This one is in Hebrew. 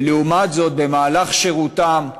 ולעומת זאת, במהלך שירותם,